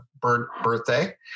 birthday